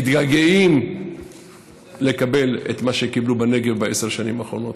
מתגעגעים למה שקיבלו בנגב בעשר השנים האחרונות.